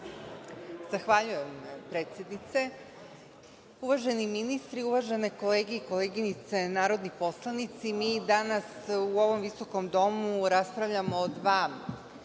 Zahvaljujem, predsednice. Uvaženi ministri, uvažene kolege i koleginice narodni poslanici, mi danas u ovom visokom domu raspravljamo o dva